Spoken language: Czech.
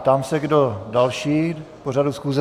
Ptám se, kdo další k pořadu schůze.